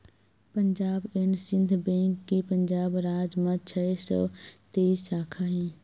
Punjab and Sind bank के पंजाब राज म छै सौ तेइस साखा हे